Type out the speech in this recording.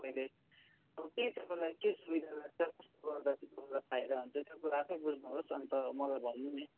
तपाईँले अब के तपाईँलाई के सुविधा लाग्छ कस्तो गर्दा चाहिँ तपाईँलाई फाइदा हुन्छ त्यो कुरा आफैँ बुझ्नुहोस् अनि त मलाई भन्नु नि